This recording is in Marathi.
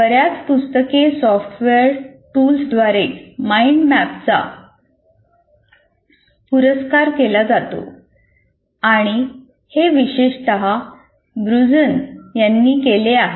बर्याच पुस्तके सॉफ्टवेअर टूल्स व्दारे माईंड मॅपचा पुरस्कार केला जातो आणि हे विशेषतः बुझन यांनी केले होते